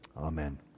Amen